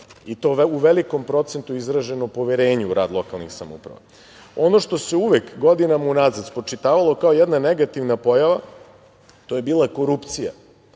i to u velikom procentu izraženo poverenje u rad lokalnih samouprava. Ono što se uvek godinama unazad spočitavalo kao jedna negativna pojava, to je bila korupcija.